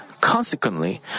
Consequently